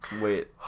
Wait